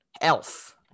Elf